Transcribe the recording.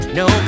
no